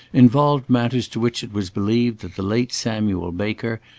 involved matters to which it was believed that the late samuel baker,